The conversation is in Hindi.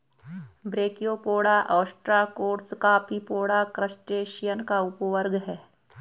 ब्रैकियोपोडा, ओस्ट्राकोड्स, कॉपीपोडा, क्रस्टेशियन का उपवर्ग है